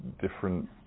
different